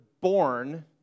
born